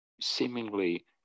seemingly